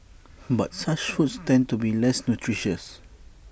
but such foods tend to be less nutritious